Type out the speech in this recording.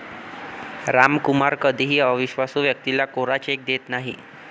रामकुमार कधीही अविश्वासू व्यक्तीला कोरा चेक देत नाही